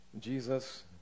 Jesus